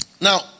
Now